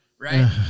right